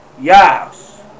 yes